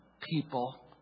people